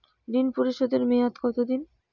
ঋণ পরিশোধের মেয়াদ কত দিন?